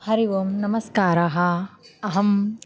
हरि ओम् नमस्काराः अहम्